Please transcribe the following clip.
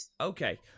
Okay